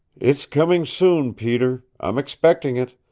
it's coming soon, peter. i'm expecting it.